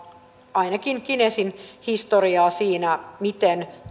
ainakin guinnessin historiaa siinä miten